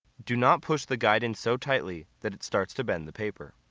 do not push the guide in so tightly that it starts to bend the paper.